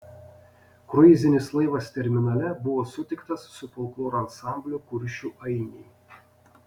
kruizinis laivas terminale buvo sutiktas su folkloro ansambliu kuršių ainiai